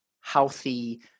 healthy